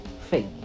fake